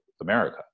America